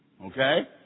okay